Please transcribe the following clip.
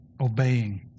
obeying